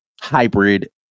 hybrid